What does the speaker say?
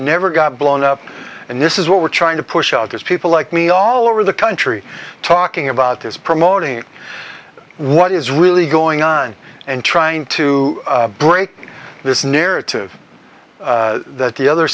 never got blown up and this is what we're trying to push out is people like me all over the country talking about is promoting what is really going on and trying to break this narrative that the other